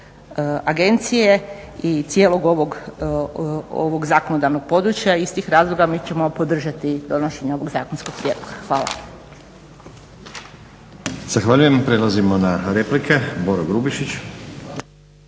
agencije i cijelog ovog zakonodavnog područja, iz tih razloga mi ćemo podržati donošenje ovog zakonskog prijedloga. Hvala.